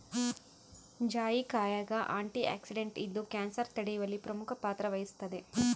ಜಾಯಿಕಾಯಾಗ ಆಂಟಿಆಕ್ಸಿಡೆಂಟ್ ಇದ್ದು ಕ್ಯಾನ್ಸರ್ ತಡೆಯುವಲ್ಲಿ ಪ್ರಮುಖ ಪಾತ್ರ ವಹಿಸುತ್ತದೆ